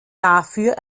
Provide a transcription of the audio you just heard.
dafür